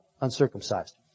uncircumcised